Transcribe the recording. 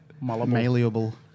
Malleable